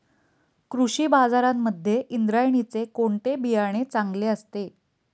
कृषी बाजारांमध्ये इंद्रायणीचे कोणते बियाणे चांगले असते?